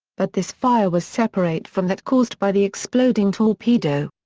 but this fire was separate from that caused by the exploding torpedo.